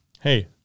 hey